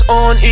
on